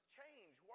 change